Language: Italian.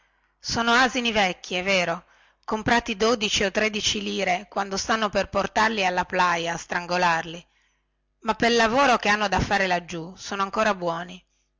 sono asini vecchi è vero comprati dodici o tredici lire quando stanno per portarli alla plaja a strangolarli ma pel lavoro che hanno da fare laggiù sono ancora buoni